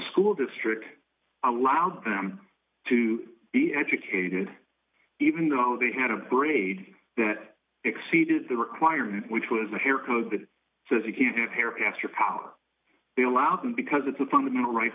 school district allowed them to be educated even though they had a braid that exceeded their requirement which was a hair code that says you can't have hair past your power they allow them because it's a fundamental right